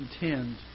intend